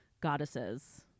goddesses